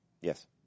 Yes